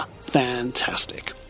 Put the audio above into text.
Fantastic